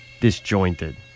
Disjointed